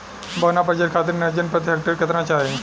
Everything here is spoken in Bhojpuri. बौना प्रजाति खातिर नेत्रजन प्रति हेक्टेयर केतना चाही?